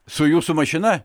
su jūsų mašina